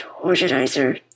organizer